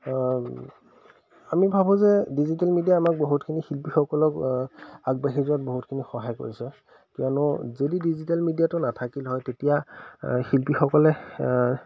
আমি ভাবোঁ যে ডিজিটেল মিডিয়া আমাক বহুতখিনি শিল্পীসকলক আগবাঢ়ি যোৱাত বহুতখিনি সহায় কৰিছে কিয়নো যদি ডিজিটেল মিডিয়াটো নাথাকিল হয় তেতিয়া শিল্পীসকলে